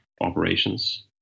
operations